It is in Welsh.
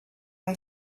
mai